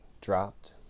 dropped